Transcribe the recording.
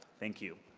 thank you.